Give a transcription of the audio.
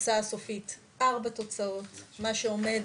תוצאה סופית 4 תוצאות, מה שעומד